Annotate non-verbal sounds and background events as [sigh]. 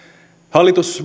hallitus [unintelligible]